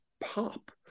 pop